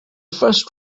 first